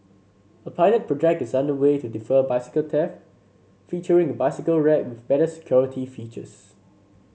a pilot project is under way to defer bicycle theft featuring a bicycle rack with better security features